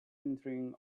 entering